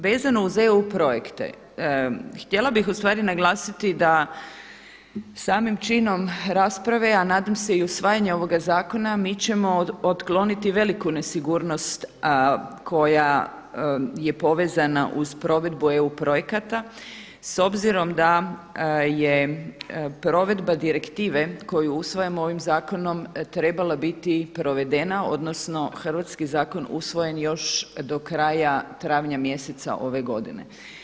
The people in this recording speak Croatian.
Vezano uz EU projekte, htjela bih ustvari naglasiti da samim činom rasprave a nadam se i usvajanje ovoga zakona mi ćemo otkloniti veliku nesigurnost koja je povezana uz provedbu EU projekata s obzirom da je provedba direktive usvajamo ovim zakonom trebala biti provedena odnosno hrvatski zakon usvojen još do kraja travnja mjeseca ove godine.